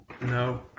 No